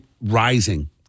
rising